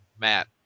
matt